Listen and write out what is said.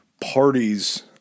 Parties